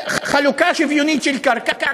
חלוקה שוויונית של קרקע,